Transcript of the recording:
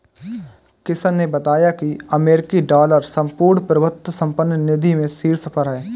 किशन ने बताया की अमेरिकी डॉलर संपूर्ण प्रभुत्व संपन्न निधि में शीर्ष पर है